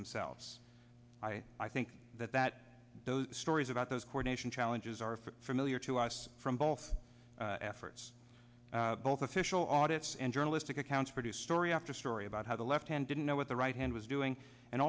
themselves i i think that that those stories about those coordination challenges are familiar to us from both efforts both official audit and journalistic accounts produced story after story about how the left hand didn't know what the right hand was doing and